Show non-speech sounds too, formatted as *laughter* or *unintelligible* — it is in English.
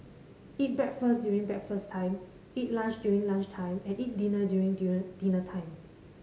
eat breakfast during breakfast time eat lunch during lunch time and eat dinner during *unintelligible* dinner time